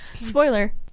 Spoiler